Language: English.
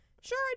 sure